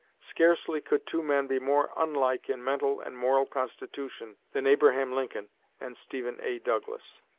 scarcely could two men be more unlike in mental and moral constitution than abraham lincoln and stephen a. douglas.